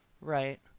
Right